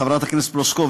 חברת הכנסת פלוסקוב,